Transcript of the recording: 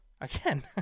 Again